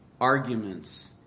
arguments